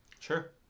Sure